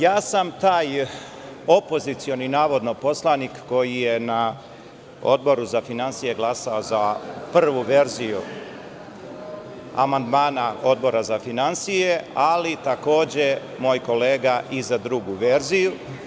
Ja sam taj opozicioni, navodno, poslanik koji je na Odboru za finansije glasao za prvu verziju amandmana Odbora za finansije, ali, takođe, moj kolega i za drugu verziju.